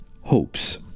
hopes